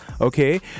Okay